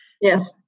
Yes